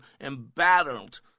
embattled